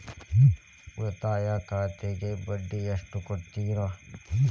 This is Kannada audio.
ಉಳಿತಾಯ ಖಾತೆಗೆ ಬಡ್ಡಿ ಎಷ್ಟು ಕೊಡ್ತಾರ?